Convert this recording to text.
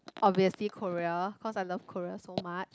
obviously Korea cause I love Korea so much